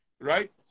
Right